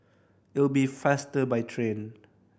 it'll be faster by train